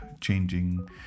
changing